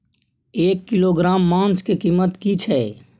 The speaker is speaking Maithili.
एक किलोग्राम मांस के कीमत की छै?